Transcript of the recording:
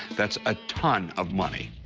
that's a ton of money.